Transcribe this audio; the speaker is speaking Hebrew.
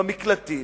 במקלטים,